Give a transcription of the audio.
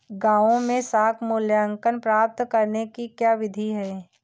गाँवों में साख मूल्यांकन प्राप्त करने की क्या विधि है?